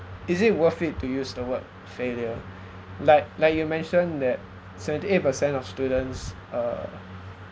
is it worth it to use the word failure like like you mentioned that seventy eight percent of students uh